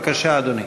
בבקשה, אדוני.